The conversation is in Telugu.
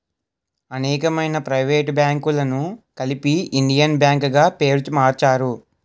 అనేకమైన ప్రైవేట్ బ్యాంకులను కలిపి ఇండియన్ బ్యాంక్ గా పేరు మార్చారు